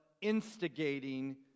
instigating